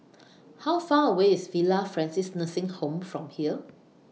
How Far away IS Villa Francis Nursing Home from here